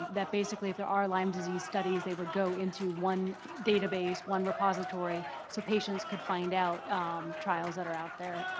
that basically if there are lyme disease studies they would go into one database, one repository so patients could find out trials that are out there.